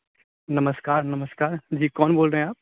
नमस्कार नमस्कार जी कौन बोल रहे हैं आप